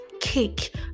cake